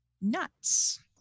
nuts